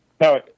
No